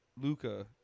luca